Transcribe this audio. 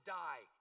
die